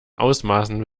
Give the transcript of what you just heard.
ausmaßen